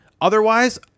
Otherwise